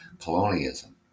colonialism